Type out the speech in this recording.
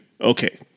Okay